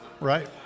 right